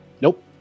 Nope